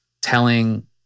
telling